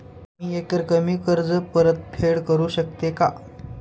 मी एकरकमी कर्ज परतफेड करू शकते का?